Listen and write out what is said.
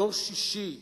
דור שישי ביסוד-המעלה,